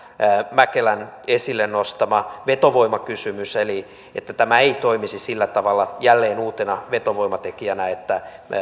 mäkelän esille nostama vetovoimakysymys eli että tämä ei toimisi sillä tavalla jälleen uutena vetovoimatekijänä että